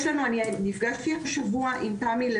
אני נפגשתי השבוע עם תמי,